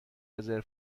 رزرو